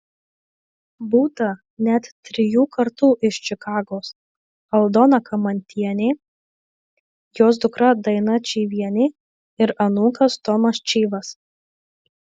būta net trijų kartų iš čikagos aldona kamantienė jos dukra daina čyvienė ir anūkas tomas čyvas